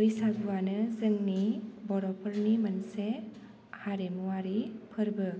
बैसागुआनो जोंनि बर'फोरनि मोनसे हारिमुवारि फोर्बो